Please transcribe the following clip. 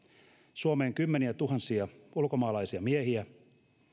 suomeen kymmeniätuhansia ulkomaalaisia miehiä